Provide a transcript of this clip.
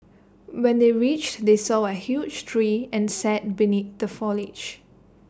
when they reached they saw A huge tree and sat beneath the foliage